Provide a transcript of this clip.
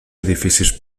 edificis